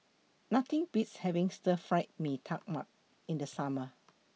Nothing Beats having Stir Fried Mee Tai Mak in The Summer